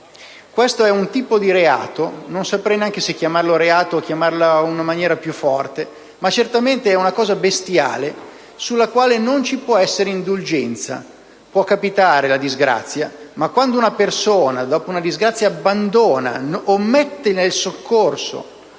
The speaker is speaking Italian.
Questo è un tipo di reato, non saprei neanche se chiamarlo reato o in maniera più forte, ma certamente è un fatto bestiale, sul quale non ci può essere indulgenza. Può capitare la disgrazia, ma quando una persona, dopo una disgrazia, abbandona o omette il soccorso